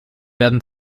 werden